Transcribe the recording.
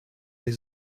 les